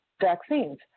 vaccines